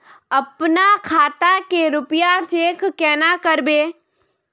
अपना खाता के रुपया चेक केना करबे?